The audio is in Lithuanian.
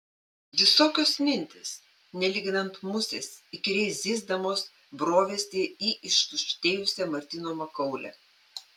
visokios mintys nelyginant musės įkyriai zyzdamos brovėsi į ištuštėjusią martyno makaulę